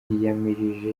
yiyamirije